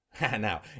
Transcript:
now